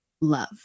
love